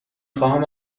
خواهم